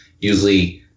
usually